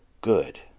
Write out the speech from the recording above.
good